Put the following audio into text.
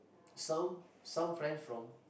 some some friends from